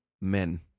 men